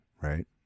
right